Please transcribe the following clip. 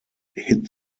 hit